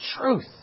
truth